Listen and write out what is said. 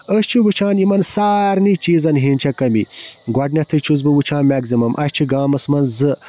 أسۍ چھِ وٕچھان یِمَن سارنی چیٖزَن ہِنٛز چھےٚ کمی گۄڈٕنٮ۪تھٕے چھُس بہٕ وٕچھان میٚکزِمَم اَسہِ چھِ گامَس منٛز زٕ